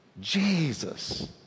Jesus